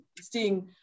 seeing